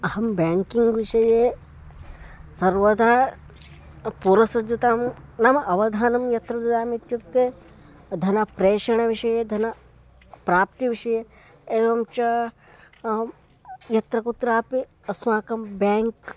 अहं ब्याङ्किङ्ग् विषये सर्वदा पुरसज्जतां नाम अवधानं यत्र ददामि इत्युक्ते धनप्रेषणविषये धनप्राप्तिविषये एवं च अहं यत्र कुत्रापि अस्माकं ब्याङ्क्